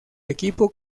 equipo